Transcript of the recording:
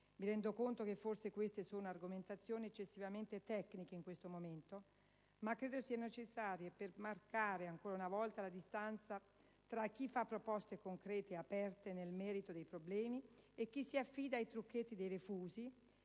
Mi rendo conto che forse queste sono argomentazioni eccessivamente tecniche in questo momento, ma credo siano necessarie per marcare, ancora una volta, la distanza tra chi fa proposte concrete e aperte nel merito dei problemi e chi si affida ai trucchetti dei «refusi»